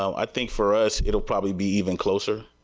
i think for us, it will probably be even closer.